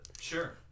sure